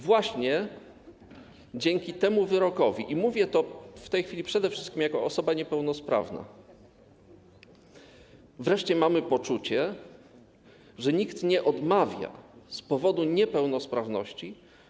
Właśnie dzięki temu wyrokowi - i mówię to w tej chwili przede wszystkim jako osoba niepełnosprawna - wreszcie mamy poczucie, że nikt nie odmawia prawa do życia z powodu niepełnosprawności.